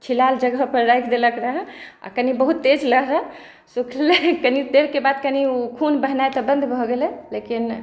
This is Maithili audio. छिलाएल जगहपर राखि देलक रहै आओर कनी बहुत तेज लहरै सुखलै कनी देरके बाद कनी खून बहनाइ तऽ बन्द भऽ गेलै लेकिन